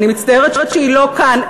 אני מצטערת שהיא לא כאן.